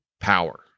power